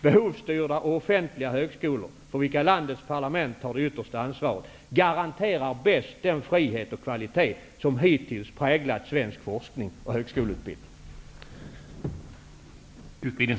Behovsstyrda och offentliga högskolor, för vilka landets parlament har det yttersta ansvaret, garanterar bäst den frihet och kvalitet som hittills präglat svensk forskning och högskoleutbildning.